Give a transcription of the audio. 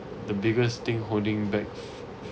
the biggest thing holding back